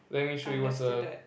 let me sure you what's err